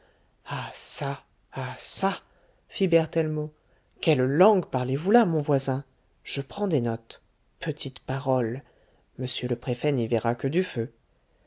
fit berthellemot quelle langue parlez-vous là mon voisin je prends des notes petite parole m le préfet n'y verra que du feu